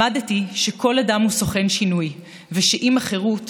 למדתי שכל אדם הוא סוכן שינוי ושעם החירות